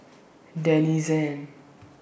Denizen